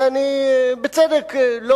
ואני בצדק לא